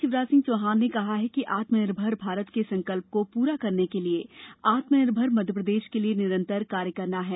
मुख्यमंत्री शिवराज सिंह चौहान ने कहा कि आत्मनिर्भर भारत के संकल्प को पूरा करने के लिए आत्मनिर्भर मध्यप्रदेश के लिए निरंतर कार्य करना है